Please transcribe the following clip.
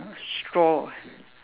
straw